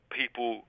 people